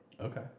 Okay